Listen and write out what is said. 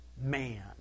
man